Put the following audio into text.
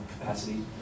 capacity